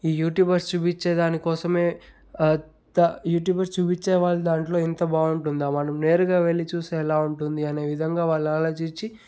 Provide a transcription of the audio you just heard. ఈ యూట్యూబర్స్ చూపించే దాని కోసమే యూట్యూబర్స్ చూపించే వాళ్ళు దాంట్లో ఎంత బాగుంటుంది మనం నేరుగా వెళ్ళి చూస్తే ఎలా ఉంటుంది అనే విధంగా వాళ్ళు ఆలోచించి